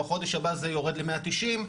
בחודש הבא זה יורד ל-190.